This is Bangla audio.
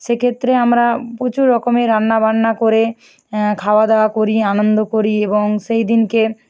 সেক্ষেত্রে আমরা প্রচুর রকমের রান্নাবান্না করে খাওয়াদাওয়া করি আনন্দ করি এবং সেই দিনকে